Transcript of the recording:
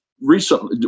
recently